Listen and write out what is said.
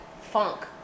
funk